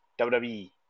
WWE